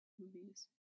movies